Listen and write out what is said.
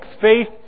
faith